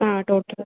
ആ ടോട്ടല്